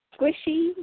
squishy